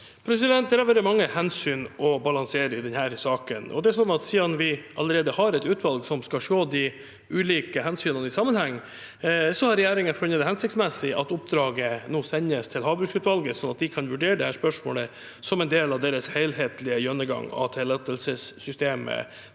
Det har vært mange hensyn å balansere i denne saken. Siden vi allerede har et utvalg som skal se de ulike hensynene i sammenheng, har regjeringen funnet det hensiktsmessig at oppdraget nå sendes til havbruksutvalget, sånn at de kan vurdere dette spørsmålet som en del av sin helhetlige gjennomgang av tillatelsessystemet